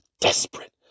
desperate